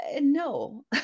no